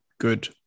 good